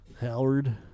Howard